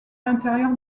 l’intérieur